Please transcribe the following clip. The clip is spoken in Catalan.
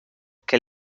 que